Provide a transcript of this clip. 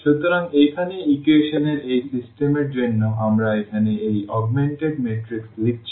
সুতরাং এখানে ইকুয়েশন এর এই সিস্টেমের জন্য আমরা এখানে এই অগমেন্টেড ম্যাট্রিক্স লিখেছি